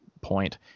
point